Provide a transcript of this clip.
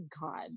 God